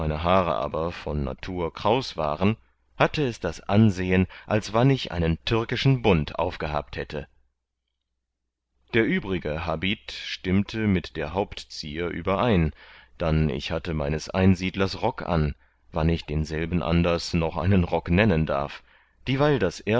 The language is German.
aber von natur kraus waren hatte es das ansehen als wann ich einen türkischen bund aufgehabt hätte der übrige habit stimmte mit der hauptzier überein dann ich hatte meines einsiedlers rock an wann ich denselben anders noch einen rock nennen darf dieweil das